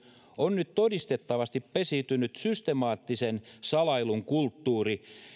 on nyt todistettavasti pesiytynyt systemaattisen salailun kulttuuri